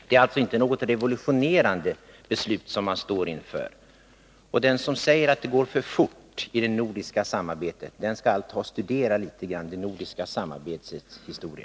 Det är alltså inte något revolutionerande beslut som man står inför. Den som säger att det går för fort i det nordiska samarbetet borde allt studera det nordiska samarbetets historia.